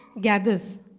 gathers